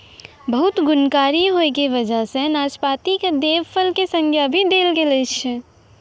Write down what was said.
बहुत गुणकारी होय के वजह सॅ नाशपाती कॅ देव फल के संज्ञा भी देलो गेलो छै